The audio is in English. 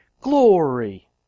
glory